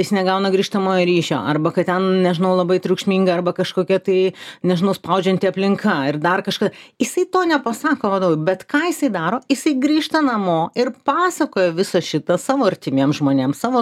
jis negauna grįžtamojo ryšio arba kad ten nežinau labai triukšminga arba kažkokia tai nežinau spaudžianti aplinka ir dar kažką jisai to nepasako vadovui bet ką jisai daro jisai grįžta namo ir pasakoja visą šitą savo artimiem žmonėm savo draugams